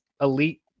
elite